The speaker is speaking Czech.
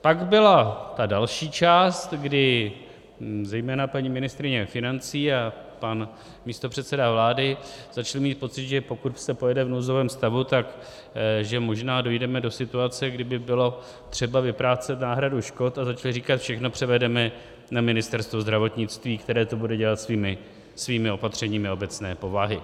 Pak byla ta další část, kdy zejména paní ministryně financí a pan místopředseda vlády začali mít pocit, že pokud se pojede v nouzovém stavu, takže možná dojdeme do situace, kdy by bylo třeba vyplácet náhradu škod, a začali říkat, všechno převedeme na Ministerstvo zdravotnictví, které to bude dělat svými opatřeními obecné povahy.